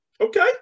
Okay